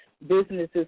Businesses